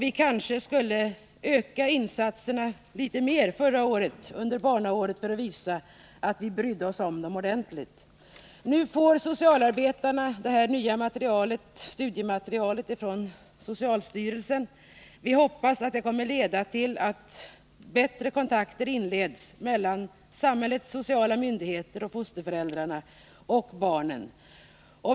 Vi kanske skulle ha ökat insatserna litet mer under förra året — det internationella barnåret — för att visa att vi brydde oss om dem ordentligt. Nu får socialarbetarna det nya studiematerialet från socialstyrelsen. Vi hoppas att det kommer att leda till att bättre kontakter inleds mellan samhällets sociala myndigheter, fosterföräldrarna och barnen.